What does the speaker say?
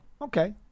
Okay